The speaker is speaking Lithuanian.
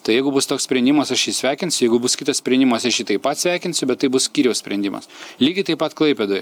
tai jeigu bus toks sprendimas aš jį sveikinsiu jeigu bus kitas sprendimas aš jį taip pat sveikinsiu bet tai bus skyriaus sprendimas lygiai taip pat klaipėdoj